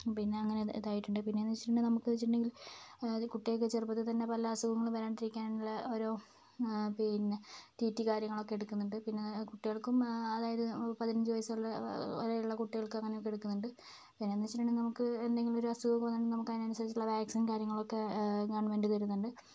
പിന്നെ അങ്ങനെ ഇതായിട്ടുണ്ട് പിന്നെന്നു വെച്ചിട്ടുണ്ടെങ്കിൽ നമുക്ക് വെച്ചിട്ടുണ്ടെങ്കിൽ അതായത് കുട്ടികൾക്ക് ചെറുപ്പത്തിൽ തന്നെ വല്ല അസുഖങ്ങളും വാരാണ്ടിരിക്കാനുള്ള ഒരു പിന്നെ ടി ടി കാര്യങ്ങളൊക്കെ എടുക്കുന്നുണ്ട് പിന്നെ കുട്ടികൾക്കും അതായത് പതിനഞ്ച് വയസുള്ള വരെയുള്ള കുട്ടികൾക്ക് അങ്ങനെ കൊടുക്കുന്നുണ്ട് പിന്നെന്നു വെച്ചിട്ടുണ്ടെങ്കിൽ നമുക്ക് എന്തെങ്കിലുമൊരു അസുഖം വന്നാൽ നമുക്കതിനനുസരിച്ചുള്ള വാക്സിൻ കാര്യങ്ങളൊക്കെ നമുക്ക് ഗവൺമെൻ്റ് തരുന്നുണ്ട്